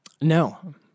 No